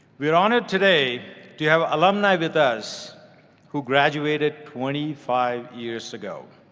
we are honored today to have alumni with us who graduated twenty five years ago.